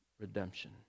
redemption